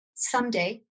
someday